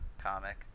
comic